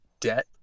debt